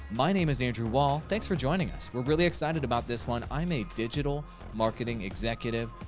my name is andrew wall, thanks for joining us. we're really excited about this one. i'm a digital marketing executive,